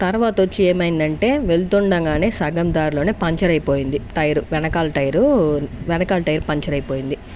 తర్వాత వచ్చి ఏమైందంటే వెళ్తుండగానే సగం దారిలోనే పంచర్ అయిపోయింది టైరు వెనకాల టైరు వెనకాల టైర్ పంచర్ అయిపోయింది